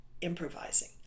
improvising